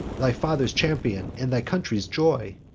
thy father's champion, and thy country's joy!